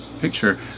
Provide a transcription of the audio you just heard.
picture